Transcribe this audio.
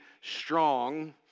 strong